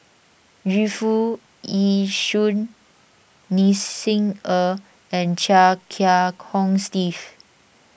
Yu Foo Yee Shoon Ni Xi Er and Chia Kiah Hong Steve